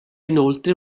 inoltre